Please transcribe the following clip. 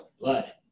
Blood